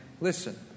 listen